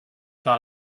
par